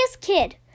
kid